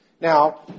Now